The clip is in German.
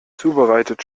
zubereitet